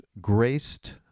graced